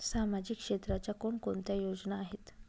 सामाजिक क्षेत्राच्या कोणकोणत्या योजना आहेत?